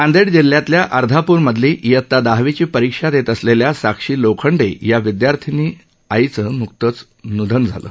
नांदेड जिल्ह्यातल्या अर्धापूरमधली इयता दहावीची परीक्षा देत असलेल्या साक्षी लोखंडे या विध्यार्थीनी आईचं न्कतंच निधन झालं